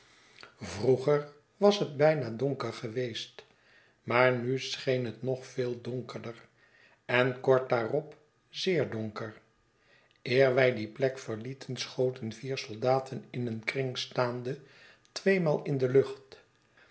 vroeger was het bijna donker geweest maar nu scheen het nog veel donkerder en kort daarop zeer donker eer wij die plek verlieten schotenvier soldaten in een kring staande tweemaal in de lucht